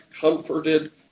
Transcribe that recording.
comforted